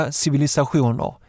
civilisationer